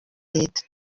leta